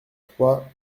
trois